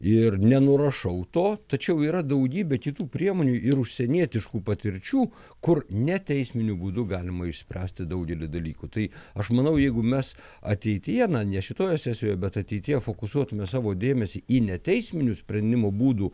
ir nenurašau to tačiau yra daugybė kitų priemonių ir užsienietiškų patirčių kur neteisminiu būdu galima išspręsti daugelį dalykų tai aš manau jeigu mes ateityje ne šitoje sesijoje bet ateityje fokusuotume savo dėmesį į neteisminių sprendimų būdų